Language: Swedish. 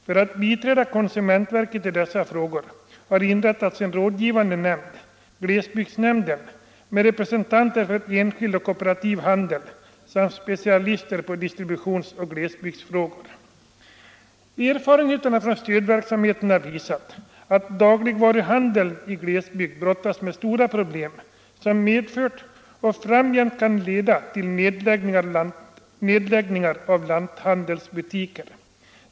För att biträda konsumentverket i dessa frågor har inrättats en rådgivande nämnd, glesbygdsnämnden, med representanter för enskild och kooperativ handel samt specialister på distributionsoch glesbygdsfrågor. Erfarenheterna av stödverksamheten har visat att dagligvaruhandel i glesbygd brottas med stora problem, som medfört och framgent kan leda till nedläggningar av lanthandelsbutiker.